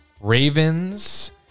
Ravens